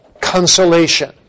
consolation